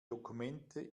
dokumente